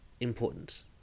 important